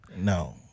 No